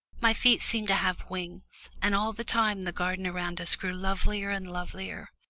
my feet seemed to have wings, and all the time the garden around us grew lovelier and lovelier.